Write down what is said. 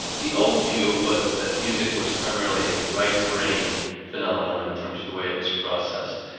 the old view was that music was primarily a right-brain phenomenon in terms of the way it was processed,